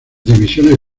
divisiones